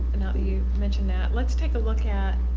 now that you mention that, let's take a look at,